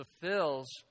fulfills